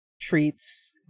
treats